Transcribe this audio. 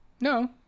no